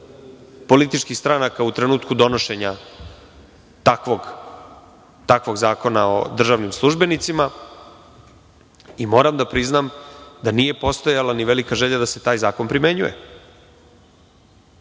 političkih stranaka u trenutku donošenja takvog zakona o državnim službenicima. Moram da priznam da nije postojala ni velika želja da se taj zakon primenjuje.